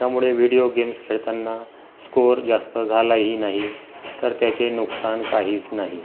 त्यामुळे video games खेळताना score जास्त झालाही नाही तर त्याचे नुकसान काहीच नाही